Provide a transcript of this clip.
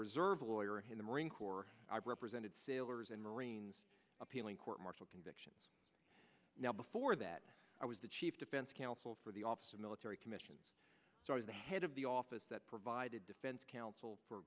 reserve lawyer in the marine corps i've represented sailors and marines appealing court martial conviction now before that i was the chief defense counsel for the office of military commissions so as the head of the office that provided defense counsel for